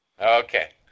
Okay